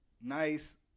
nice